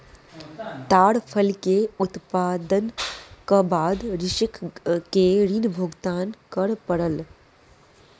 ताड़ फल के उत्पादनक बाद कृषक के ऋण भुगतान कर पड़ल